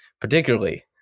particularly